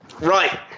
Right